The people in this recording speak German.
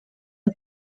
und